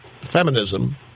feminism